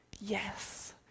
yes